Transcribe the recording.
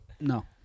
no